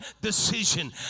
decision